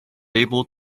able